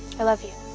i love you.